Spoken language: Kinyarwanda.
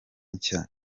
nshya